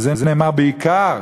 וזה נאמר בעיקר